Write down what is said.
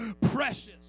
precious